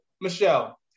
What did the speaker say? Michelle